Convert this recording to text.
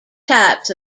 types